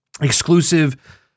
exclusive